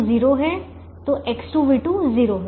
तो X2V2 0 है